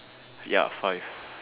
ya five